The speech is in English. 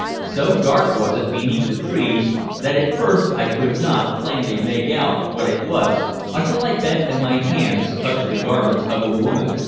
so dark was it beneath the trees that at first i could not plainly make out what it was until i bent and my hands touched the garments of a woman.